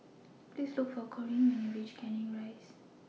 Please Look For Corrine when YOU REACH Canning Rise